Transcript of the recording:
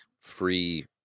free